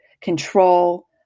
control